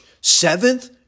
seventh